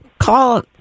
Call